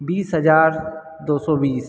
बीस हज़ार दो सौ बीस